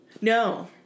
No